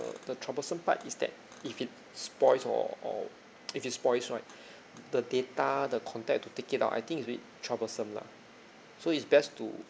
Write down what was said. the the troublesome part is that if it spoils or or if it spoils right the data the contact to take it out I think is really troublesome lah so it's best to